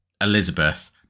Elizabeth